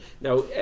Now